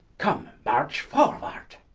come, march forward.